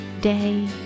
day